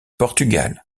portugal